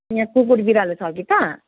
यहाँ कुकुर बिरालो छ कि त